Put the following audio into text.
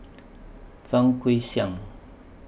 Fang Guixiang